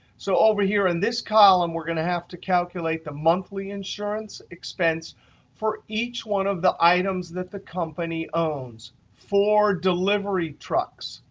so over here in this column, we're going to have to calculate the monthly insurance expense for each one of the items that the company owns, four delivery trucks,